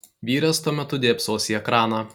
vyras tuo metu dėbsos į ekraną